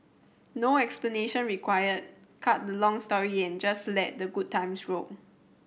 no explanation required cut the long story and just let the good times roll